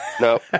No